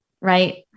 Right